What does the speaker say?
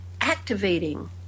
activating